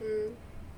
mm